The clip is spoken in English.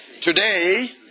today